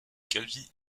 calvi